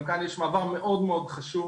גם כאן יש מעבר מאוד חשוב